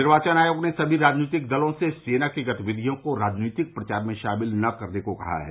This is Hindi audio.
निर्वाचन आयोग ने सभी राजनीतिक दलों से सेना की गतिविधियों को राजनीतिक प्रचार में शामिल नहीं करने को कहा है